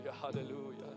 hallelujah